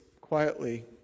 quietly